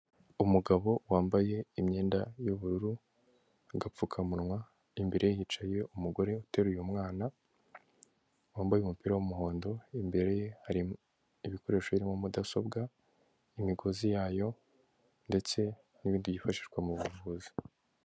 Umugabo wambaye imyenda y'ubururu, agapfukamunwa imbere yicaye umugore uteruye mwana wambaye umupira w'umuhondo, imbere ye hari ibikoresho birimo mudasobwa, imigozi yayo ndetse n'ibindi byifashishwa mu buvuzi.